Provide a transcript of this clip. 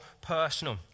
personal